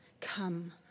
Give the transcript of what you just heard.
come